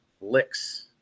licks